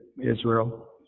Israel